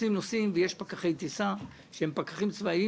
מטיסים נוסעים ויש פקחי טיסה שהם פקחים צבאיים